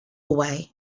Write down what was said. away